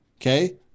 Okay